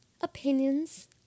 opinions